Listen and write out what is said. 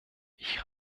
ich